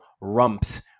rumps